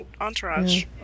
entourage